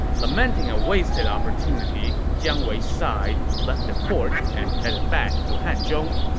lamenting a wasted opportunity, jiang wei sighed, left the court, and headed back to hanzhong